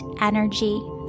energy